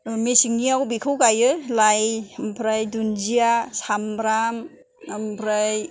मेसेंनियाव बेखौ गायो लाइ ओमफ्राय दुनदिया सामब्राम ओमफ्राय